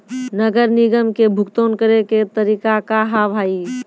नगर निगम के भुगतान करे के तरीका का हाव हाई?